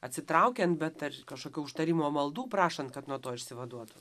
atsitraukiant bet ar kažkokio užtarimo maldų prašant kad nuo to išsivaduotų